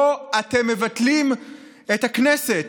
פה אתם מבטלים את הכנסת,